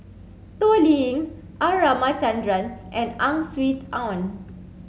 Toh Liying R Ramachandran and Ang Swee Aun